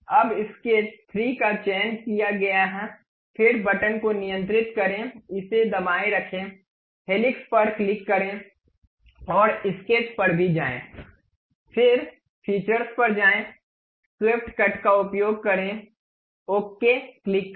अब स्केच 3 का चयन किया गया है फिर बटन को नियंत्रित करें इसे दबाए रखें हेलिक्स पर क्लिक करें और स्केच पर भी जाएं फिर फीचर्स पर जाएं स्वेप्ट कट का उपयोग करें ओके क्लिक करें